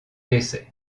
décès